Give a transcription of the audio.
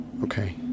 Okay